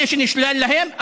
אלה שנשלל להם,